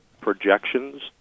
projections